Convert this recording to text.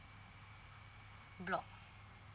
block